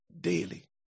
daily